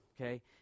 okay